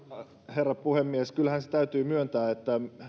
herra puhemies kyllähän se täytyy myöntää että